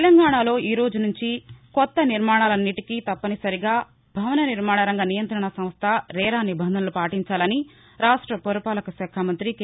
తెలంగాణాలో ఈ రోజు నుంచి కొత్త నిర్మాణాలన్నింటికీ తప్పనిసరిగా తప్పనిసరిగా భవన నిర్మాణ నియంత్రణ సంస్ద రెరా నిబంధనలను పాటించాలని రాష్ట్ర పురపాలక శాఖ మంత్రి కె